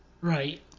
Right